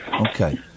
Okay